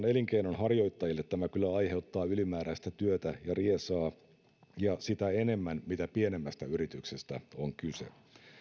elinkeinonharjoittajille tämä kyllä aiheuttaa ylimääräistä työtä ja riesaa ja sitä enemmän mitä pienemmästä yrityksestä on kyse